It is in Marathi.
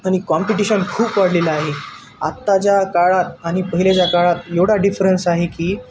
आणि कॉम्पिटिशन खूप वाढलेलं आहे आत्ताच्या काळात आणि पहिलेच्या काळात एवढा डिफरन्स आहे की